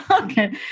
okay